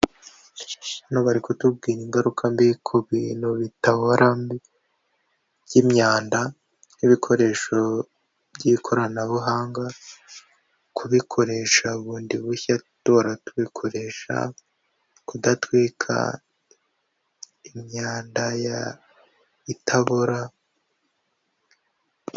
Hano bari kutubwira ingaruka mbi ku bintu bitabora ,by'imyanda kw'ibikoresho by'ikoranabuhanga, kubikoresha bundi bushya duhora tubikoresha, kudatwika imyanda itabora...